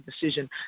decision